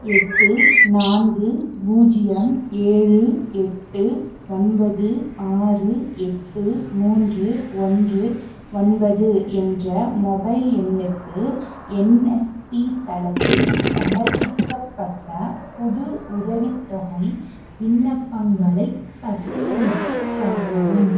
எட்டு நான்கு பூஜ்ஜியம் ஏழு எட்டு ஒன்பது ஆறு எட்டு மூன்று ஒன்று ஒன்பது என்ற மொபைல் எண்ணுக்கு என்எஸ்பி தளத்தில் சமர்ப்பிக்கப்பட்ட புது உதவித்தொகை விண்ணப்பங்களைப் பட்டியலிட்டுக் காட்டவும்